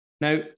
Now